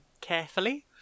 carefully